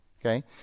Okay